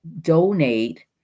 donate